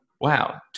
wow